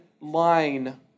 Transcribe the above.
line